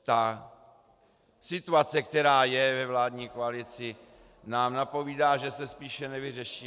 Ta situace, která je ve vládní koalici, nám napovídá, že se spíše nevyřeší.